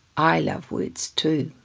i love words too.